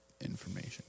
information